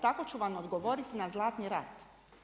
Tako ću vam odgovoriti na Zlatni rat.